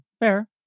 fair